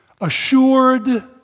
assured